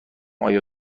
آیا